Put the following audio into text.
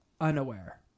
unaware